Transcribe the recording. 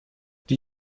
die